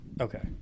Okay